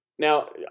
Now